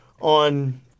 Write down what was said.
On